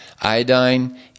iodine